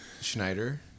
Schneider